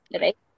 right